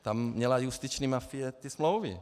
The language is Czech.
Tam měla justiční mafie ty smlouvy.